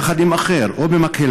יחד עם אחר או במקהלה,